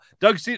Doug